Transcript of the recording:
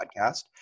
podcast